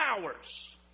hours